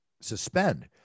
suspend